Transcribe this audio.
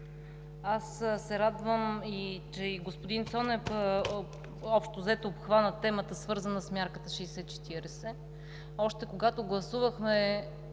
аз се радвам, че и господин Цонев общо взето обхвана темата, свързана с мярката 60/40. Още когато гласувахме